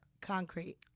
Concrete